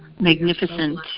Magnificent